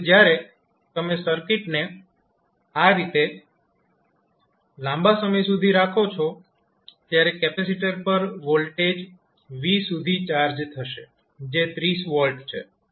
હવે જ્યારે તમે સર્કિટને આ રીતે લાંબા સમય સુધી રાખો છો ત્યારે કેપેસિટર પર વોલ્ટેજ v સુધી ચાર્જ થશે જે 30 V છે